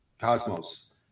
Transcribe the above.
cosmos